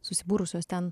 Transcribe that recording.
susibūrusios ten